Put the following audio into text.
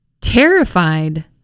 Terrified